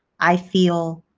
i feel